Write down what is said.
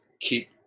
keep